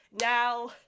Now